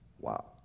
Wow